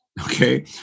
Okay